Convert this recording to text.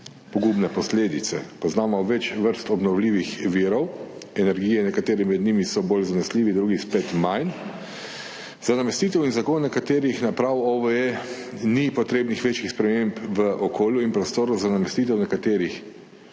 pogubne posledice. Poznamo več vrst obnovljivih virov energije, nekateri med njimi so bolj zanesljivi, drugi spet manj. Za namestitev in zagon nekaterih naprav OVE ni potrebnih večjih sprememb v okolju in prostoru, za namestitev nekaterih